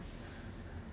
oh